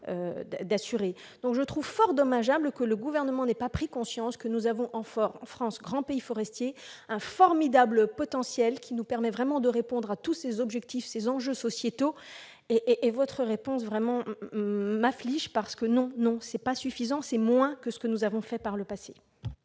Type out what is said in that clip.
aujourd'hui. Je trouve donc fort dommageable que le Gouvernement n'ait pas pris conscience que nous avons en France, grand pays forestier, un formidable potentiel, qui nous permet vraiment de répondre à tous ces objectifs et enjeux sociétaux. Votre réponse m'afflige, parce que, non, ce n'est pas suffisant, et c'est même moins que ce que nous avons fait par le passé.